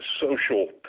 social